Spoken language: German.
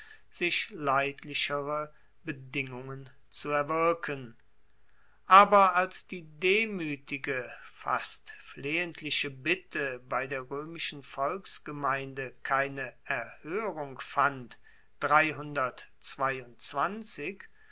sich leidlichere bedingungen zu erwirken aber als die demuetige fast flehentliche bitte bei der roemischen volksgemeinde keine erhoerung fand